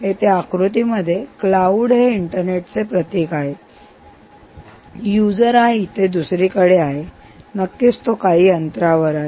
इथे आकृतीमध्ये क्लाऊड हे इंटरनेटचे प्रतीक आहे यूजर हा इथे दुसरीकडे आहे नक्कीच तो काही अंतरावर आहे